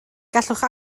gallwch